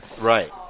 Right